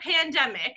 pandemic